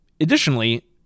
additionally